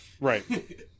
Right